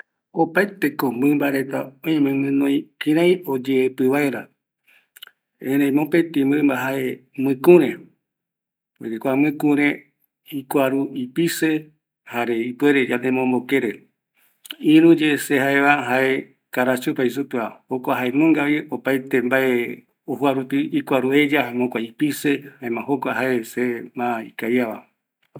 Opaete mɨmba reta guinoi kirai oyeepɨ vaera, erei mopeti mɨmba jae miïkure, kua mɨkure ikuaru ipise, jare ipuere yande mbo mbo kere, iruye se jaeva carachupa jei supe va, jokua jaenungavi, opaete ojoarupi ikuaru oeya, ipise jokua es seve ikavia va